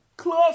Close